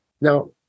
Now